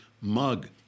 mug